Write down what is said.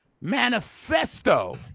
manifesto